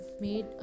made